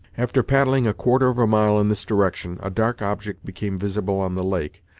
after paddling a quarter of a mile in this direction, a dark object became visible on the lake,